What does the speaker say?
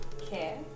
care